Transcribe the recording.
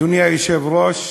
אדוני היושב-ראש,